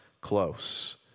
close